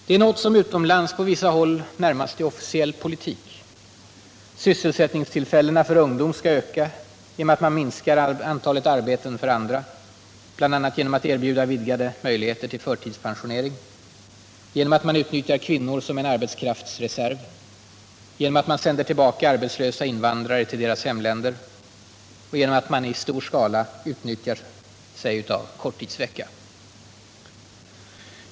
Det är något som utomlands på vissa håll närmast är en officiell politik: sysselsättningstillfällena för ungdom skall ökas genom att man minskar antalet arbeten för andra, bl.a. genom att erbjuda vidgade möjligheter till förtidspensionering, genom att man utnyttjar kvinnor som en arbetskraftsreserv, genom att man sänder tillbaka arbetslösa invandrare till deras hemländer och genom att man i stor skala utnyttjar sig av korttidsvecka.